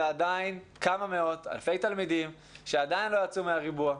זה עדיין כמה מאות אלפי תלמידים שעדיין לא יצאו מהריבוע,